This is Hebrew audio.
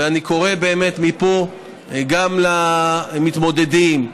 ואני קורא מפה גם למתמודדים,